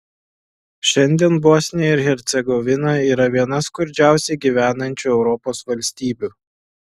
šiandien bosnija ir hercegovina yra viena skurdžiausiai gyvenančių europos valstybių